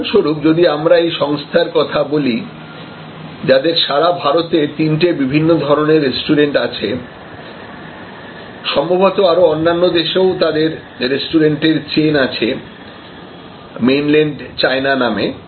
উদাহরণস্বরূপ যদি আমরা এই সংস্থার কথা বলি যাদের সারা ভারতে তিনটে বিভিন্ন ধরনের রেস্টুরেন্ট আছে সম্ভবত আরো অন্যান্য দেশেও তাদের রেস্টুরেন্টের চেইন আছে মেইনল্যান্ড চায়না নামে